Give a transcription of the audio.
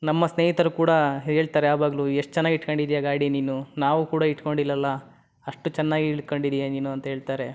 ನಮ್ಮ ಸ್ನೇಹಿತರು ಕೂಡ ಹೇಳ್ತಾರೆ ಯಾವಾಗಲೂ ಎಷ್ಟು ಚೆನ್ನಾಗಿ ಇಟ್ಕೊಂಡಿದೀಯ ಗಾಡಿ ನೀನು ನಾವೂ ಕೂಡ ಇಟ್ಕೊಂಡಿಲ್ವಲ್ಲ ಅಷ್ಟು ಚೆನ್ನಾಗಿ ಇಟ್ಕಂಡಿದೀಯ ನೀನು ಅಂತ ಹೇಳ್ತಾರೆ